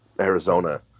Arizona